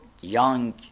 young